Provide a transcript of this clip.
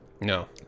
No